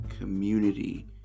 community